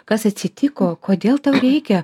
kas atsitiko kodėl tau reikia